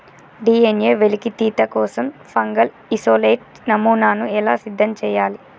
DNA వెలికితీత కోసం fungal isolate నమూనాను ఎలా సిద్ధం చెయ్యాలి?